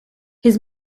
his